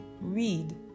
read